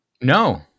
No